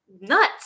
nuts